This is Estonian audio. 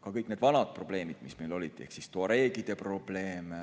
Ka kõik need vanad probleemid, mis meil olid, ehk tuareegide probleem,